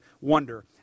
wonder